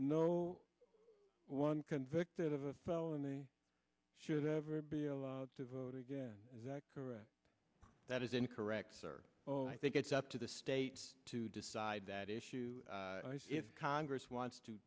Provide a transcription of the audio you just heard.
no one convicted of a felony sure that ever be allowed to vote again is that correct that is incorrect sir oh i think it's up to the state to decide that issue congress wants to